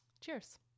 Cheers